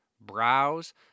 browse